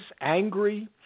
angry